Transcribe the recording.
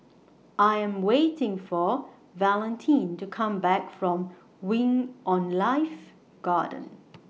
I Am waiting For Valentin to Come Back from Wing on Life Garden